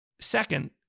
Second